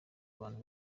abantu